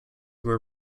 were